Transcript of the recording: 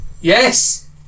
Yes